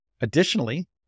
Additionally